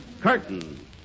Curtain